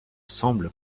semble